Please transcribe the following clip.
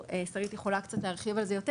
שרית יכולה קצת להרחיב על זה יותר.